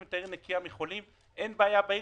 את העיר נקייה מחולים אין בעיה בעיר,